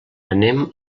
anem